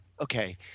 okay